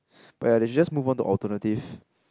but ya they should just move on to alternative